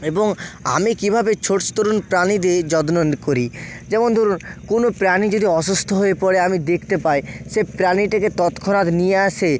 এবং আমি কীভাবে প্রাণীদের যত্ন করি যেমন ধরুন কোনো প্রাণী যদি অসুস্থ হয়ে পড়ে আমি দেখতে পাই সেই প্রাণীটাকে তৎক্ষণাৎ নিয়ে এসে